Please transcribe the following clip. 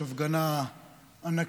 יש הפגנה ענקית,